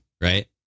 Right